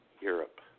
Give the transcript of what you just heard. Europe